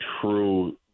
true